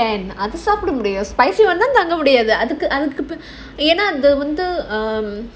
sweet ones அது சாப்பிட முடியாது:adhu saapida mudiyaathu um